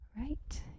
Right